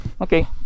okay